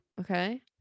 okay